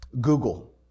Google